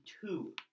two